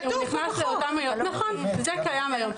זה קיים היום.